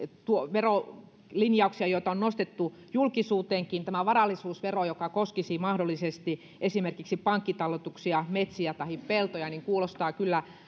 verolinjauksia joita on nostettu julkisuuteenkin tämä varallisuusvero joka koskisi mahdollisesti esimerkiksi pankkitalletuksia metsiä tahi peltoja kuulostaa kyllä